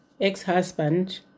ex-husband